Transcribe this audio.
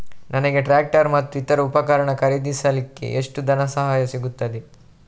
ನನಗೆ ಟ್ರ್ಯಾಕ್ಟರ್ ಮತ್ತು ಇತರ ಉಪಕರಣ ಖರೀದಿಸಲಿಕ್ಕೆ ಎಷ್ಟು ಧನಸಹಾಯ ಸಿಗುತ್ತದೆ?